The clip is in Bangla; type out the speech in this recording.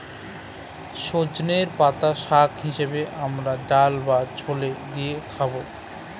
সজনের পাতা শাক হিসেবে আমরা ডাল বা ঝোলে দিয়ে খাবো